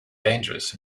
dangerous